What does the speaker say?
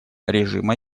режима